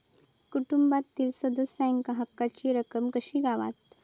कुटुंबातील सदस्यांका हक्काची रक्कम कशी गावात?